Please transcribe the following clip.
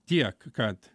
tiek kad